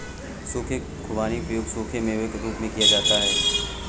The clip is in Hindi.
सूखे खुबानी का उपयोग सूखे मेवों के रूप में किया जाता है